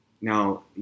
Now